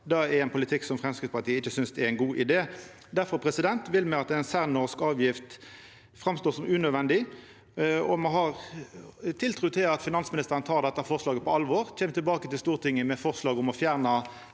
Det er ein politikk som Framstegspartiet ikkje synest er ein god idé. Difor meiner me at ei særnorsk avgift framstår som unødvendig. Me har tiltru til at finansministeren tek dette forslaget på alvor og kjem tilbake til Stortinget med forslag om å fjerna